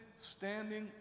standing